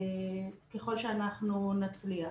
ככל שאנחנו נצליח.